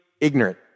ignorant